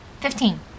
Fifteen